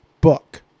book